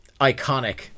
iconic